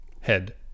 head